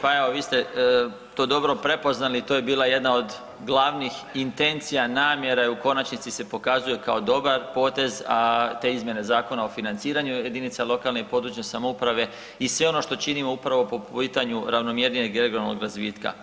Pa evo, vi ste to dobro prepoznali, to je bila jedna od glavnih intencija, namjera, i u konačnici se pokazuje kao dobar potez, a te izmjene Zakona o financiranju jedinica lokalne i područne samouprave i sve ono što činimo upravo po pitanju ravnomjernijeg regionalnog razvitka.